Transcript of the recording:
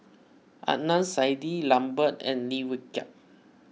Adnan Saidi Lambert and Lim Wee Kiak